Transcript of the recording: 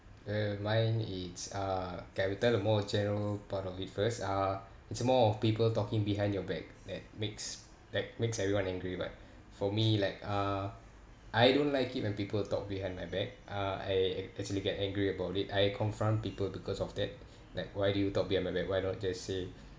uh mine it's uh kay I will tell the more general part of it first uh it's more of people talking behind your back that makes that makes everyone angry but for me like uh I don't like it when people talk behind my back uh I actually get angry about it I confront people because of that like why do you talk behind my back why don't just say